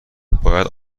باید